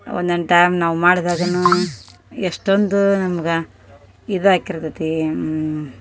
ಒಂದೊಂದು ಟೈಮ್ ನಾವು ಮಾಡ್ದಾಗಲೂ ಎಷ್ಟೊಂದೂ ನಮ್ಗೆ ಇದು ಆಗಿರ್ತದೆ